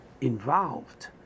involved